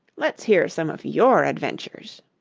let's hear some of your adventures